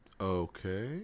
okay